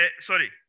sorry